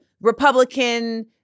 Republican